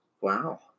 Wow